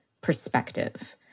perspective